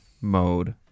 mode